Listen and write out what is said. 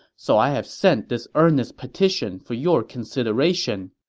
so i have sent this earnest petition for your consideration.